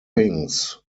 thinks